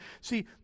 See